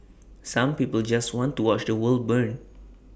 some people just want to watch the world burn